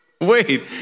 Wait